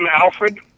Alfred